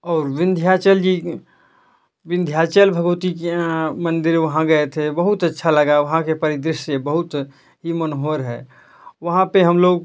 और विंध्याचल जी विंध्याचल भगवती के यहाँ मंदिर वहाँ गए थे बहुत अच्छा लगा वहाँ के परिदृश्य बहुत ही मनहोर हैं वहाँ पर हम लोग